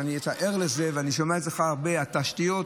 אתה ער לזה ואני שומע את זה הרבה: התשתיות,